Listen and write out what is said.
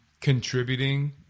contributing